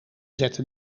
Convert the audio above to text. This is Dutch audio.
zette